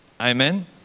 Amen